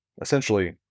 Essentially